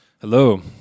Hello